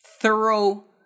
thorough